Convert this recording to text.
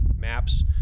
maps